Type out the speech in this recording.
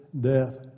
death